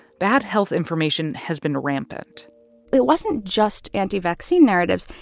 bad health information has been rampant it wasn't just anti-vaccine narratives.